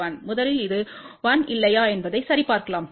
முதலில் இது 1 இல்லையா என்பதை சரிபார்க்கலாம்